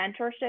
mentorship